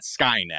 Skynet